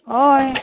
हय